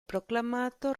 proclamato